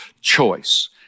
Choice